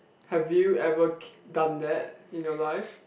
have you ever ki~ done that in your life